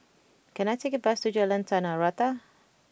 can I take a bus to Jalan Tanah Rata